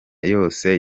yose